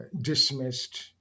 dismissed